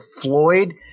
Floyd